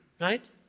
Right